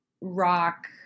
rock